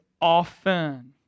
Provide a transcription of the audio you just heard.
Often